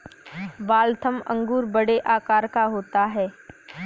Waltham अंगूर बड़े आकार का होता है